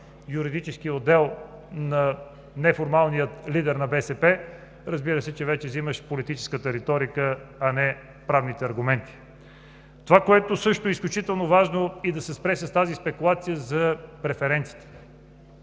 Юридическия отдел на неформалния лидер на БСП, разбира се, че вече взимаш политическата риторика, а не правните аргументи. Това, което е също изключително важно, е да се спре с тази спекулация с преференциите.